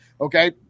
okay